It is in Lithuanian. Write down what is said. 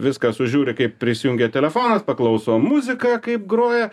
viską sužiūri kaip prisijungia telefonas paklauso muzika kaip groja